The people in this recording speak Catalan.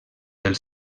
del